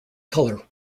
color